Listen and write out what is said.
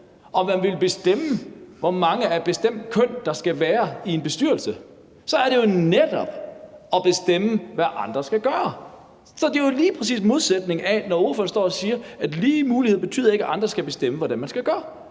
og vil bestemme, hvor mange af et bestemt køn der skal være i en bestyrelse. Så er det jo netop at bestemme, hvad andre skal gøre. Det er jo lige præcis en modsætning af det, ordføreren står og siger om, at lige muligheder ikke betyder, at andre skal bestemme, hvordan man skal gøre.